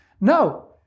No